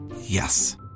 Yes